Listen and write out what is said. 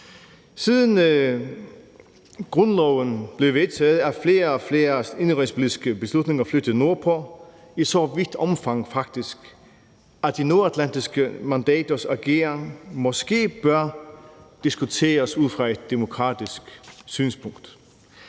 Siden grundloven blev vedtaget, er flere og flere indenrigspolitiske beslutninger flyttet nordpå – i så vidt omfang faktisk, at de nordatlantiske mandaters ageren måske bør diskuteres ud fra et demokratisk synspunkt.